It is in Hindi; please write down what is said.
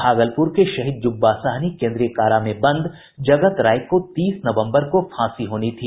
भागलपुर के शहीद जुब्बा साहनी केन्द्रीय कारा में बंद जगत राय को तीस नवम्बर को फांसी होनी थी